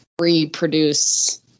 reproduce